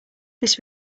this